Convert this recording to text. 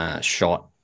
Shot